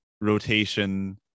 rotation